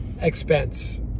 expense